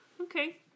Okay